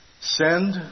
send